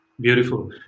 beautiful